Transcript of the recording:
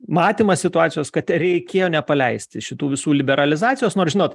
matymas situacijos kad reikėjo nepaleisti šitų visų liberalizacijos nors žinot